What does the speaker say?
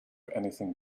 anything